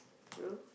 two